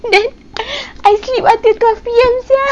then I sleep until twelve P_M sia